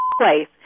place